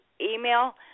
email